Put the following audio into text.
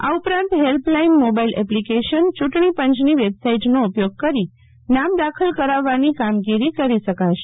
આ ઉપરાંત helpline mobile એપ્લીકેશનચૂંટણી પંચની વેબસાઈટનો ઉપયોગ કરી નામ દાખલ કરાવવાની કામગીરી કરી શકશે